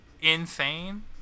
insane